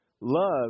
love